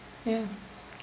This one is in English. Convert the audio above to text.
ya